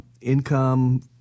income